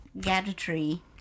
gadgetry